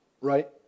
right